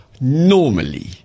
normally